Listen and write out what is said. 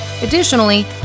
additionally